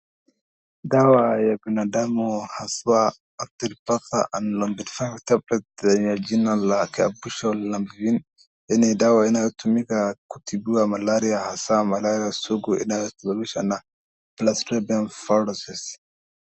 Dawa ya binadamu haswa Artemether tablet, yenye jina lake ya mwisho lumefantrine ni dawa inayotumika kutibu malaria, haswa malaria sugu inayodhuruhisha na Dihydroartemisin-piperaquine.